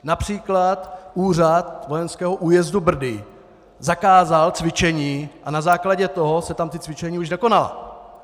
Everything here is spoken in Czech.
Například úřad vojenského újezdu Brdy zakázal cvičení a na základě toho se tam ta cvičení už nekonala!